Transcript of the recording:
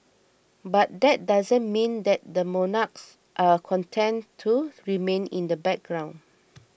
but that doesn't mean that the monarchs are content to remain in the background